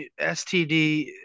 STD